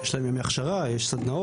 יש להם ימי הכשרה, יש סדנאות,